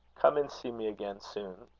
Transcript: come and see me again soon,